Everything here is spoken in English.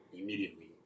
immediately